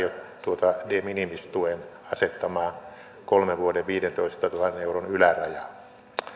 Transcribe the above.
ole tuota de minimis tuen asettamaa kolmen vuoden viidentoistatuhannen euron ylärajaa